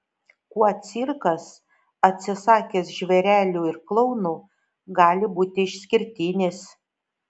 kuo cirkas atsisakęs žvėrelių ir klounų gali būti išskirtinis